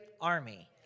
army